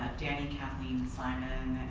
danny, kathleen, simon and